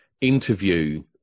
interview